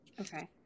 Okay